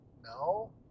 No